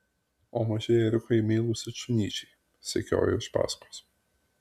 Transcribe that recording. o maži ėriukai meilūs it šunyčiai sekioja iš paskos